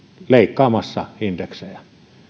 leikkaamassa indeksejä